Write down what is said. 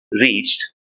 reached